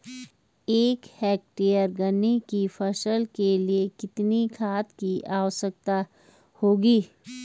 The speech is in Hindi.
एक हेक्टेयर गन्ने की फसल के लिए कितनी खाद की आवश्यकता होगी?